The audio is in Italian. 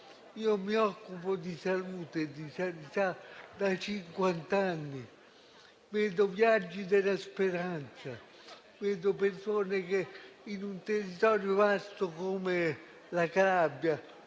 Io mi occupo di salute e di sanità da cinquant'anni: vedo viaggi della speranza, vedo persone che, in un territorio vasto come la Calabria,